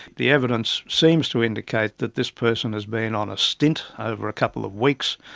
the evidence seems to indicate that this person has been on a stint ah over a couple of weeks,